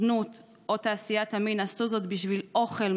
זנות או תעשיית המין עשו זאת בשביל אוכל,